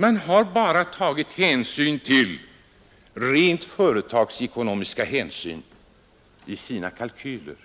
Man har bara tagit rent företagsekonomiska hänsyn i sina kalkyler.